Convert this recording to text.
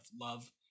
love